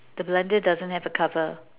the blender doesn't have a cover